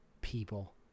People